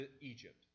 Egypt